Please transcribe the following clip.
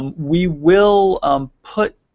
um we will um put